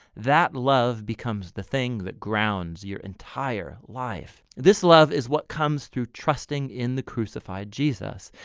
that love becomes the thing that grounds your entire life. this love is what comes through trusting in the crucified jesus,